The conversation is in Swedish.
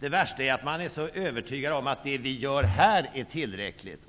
Det värsta är att man är så övertygad om att det som vi gör här är tillräckligt.